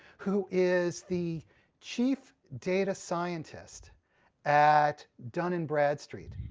who is the chief data scientist at dun and bradstreet.